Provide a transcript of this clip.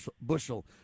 bushel